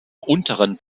unteren